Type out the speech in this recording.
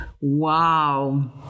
wow